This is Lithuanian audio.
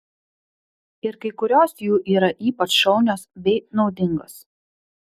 ir kai kurios jų yra ypač šaunios bei naudingos